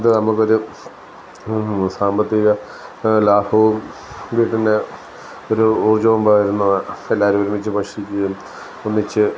ഇത് നമുക്ക് ഒരു സാമ്പത്തിക ലാഭവും എങ്കിൽ പിന്നെ ഒരു ഊർജ്ജവും പകരുന്നത് എല്ലാവരും ഒരുമിച്ചു ഭക്ഷിക്കുകയും ഒന്നിച്ചു